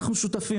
אנחנו שותפים,